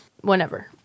whenever